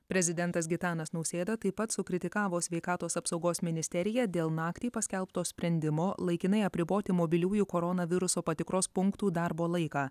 prezidentas gitanas nausėda taip pat sukritikavo sveikatos apsaugos ministeriją dėl naktį paskelbto sprendimo laikinai apriboti mobiliųjų koronaviruso patikros punktų darbo laiką